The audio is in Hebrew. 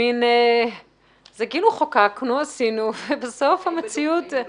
זה כאילו חוקקנו, עשינו, ובסוף המציאות היא אחרת.